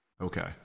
Okay